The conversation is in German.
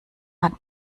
hat